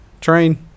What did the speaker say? Train